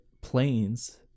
planes